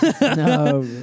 No